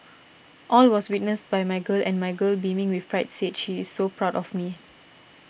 all was witnessed by my girl and my girl beaming with pride said she is so proud of me